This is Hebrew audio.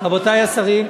רבותי השרים,